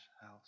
house